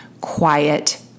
quiet